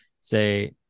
say